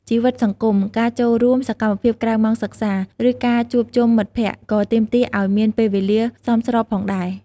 ជីវិតសង្គម ការចូលរួមសកម្មភាពក្រៅម៉ោងសិក្សា ឬការជួបជុំមិត្តភក្តិ ក៏ទាមទារឲ្យមានពេលវេលាសមស្របផងដែរ។